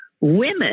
Women